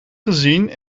gezien